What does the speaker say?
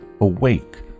awake